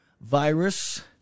virus